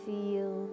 Feel